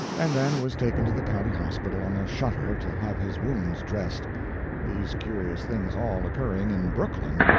and then was taken to the county hospital on a shutter to have his wounds dressed these curious things all occurring in brooklyn,